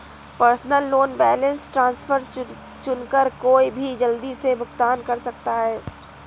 personal loan balance transfer चुनकर कोई भी जल्दी से भुगतान कर सकता है